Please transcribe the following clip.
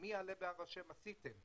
ה'מי יעלה בהר השם' עשיתם,